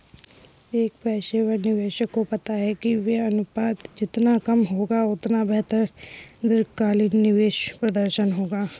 एक पेशेवर निवेशक को पता है कि व्यय अनुपात जितना कम होगा, उतना बेहतर दीर्घकालिक निवेश प्रदर्शन होगा